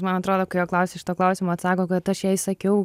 man atrodo kai jo klausia šito klausimo atsako kad aš jai sakiau